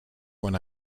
when